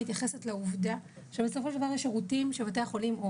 צינור שמועדף עליהם מאשר האלטרנטיבה שהייתה דרך קופות החולים,